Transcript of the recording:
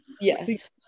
Yes